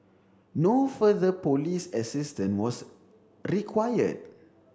no further police assistance was required